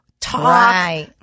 talk